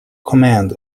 command